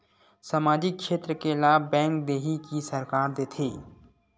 सामाजिक क्षेत्र के लाभ बैंक देही कि सरकार देथे?